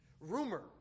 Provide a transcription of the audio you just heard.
Rumor